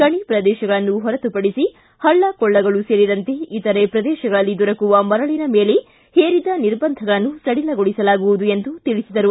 ಗಣಿ ಪ್ರದೇಶಗಳನ್ನು ಹೊರತುಪಡಿಸಿ ಹಳ್ಳ ಕೊಳ್ಳಗಳು ಸೇರಿದಂತೆ ಇತರೆ ಪ್ರದೇಶಗಳಲ್ಲಿ ದೊರಕುವ ಮರಳಿನ ಮೇಲೆ ಹೇರಿದ ನಿರ್ಬಂಧಗಳನ್ನು ಸಡಿಲಗೊಳಿಸಲಾಗುವುದು ಎಂದು ತಿಳಿಸಿದರು